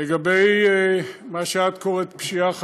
לגבי מה שאת קוראת לו "פשיעה חקלאית"